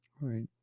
right